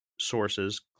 sources